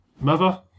Mother